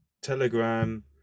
Telegram